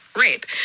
rape